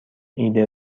ایده